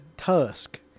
Tusk